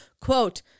Quote